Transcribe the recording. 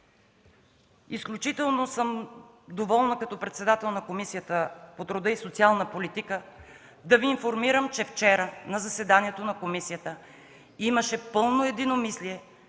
Изключително съм доволна като председател на Комисията по труда и социалната политика да Ви информирам, че вчера на заседанието на комисията имаше пълно единомислие,